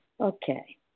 Okay